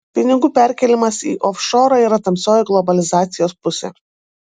pinigų perkėlimas į ofšorą yra tamsioji globalizacijos pusė